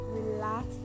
relax